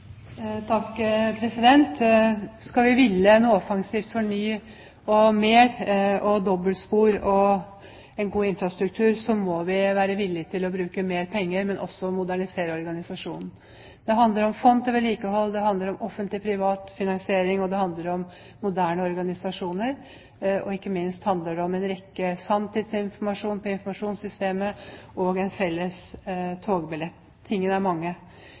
Skal vi ville noe offensivt for nytt og mer og dobbeltspor og en god infrastruktur, må vi være villige til å bruke mer penger, men også modernisere organisasjonen. Det handler om fond til vedlikehold, det handler om offentlig–privat finansiering, og det handler om moderne organisasjoner. Og ikke minst handler det om sanntidsinformasjon på informasjonssystemet og en felles togbillett. Tingene er mange.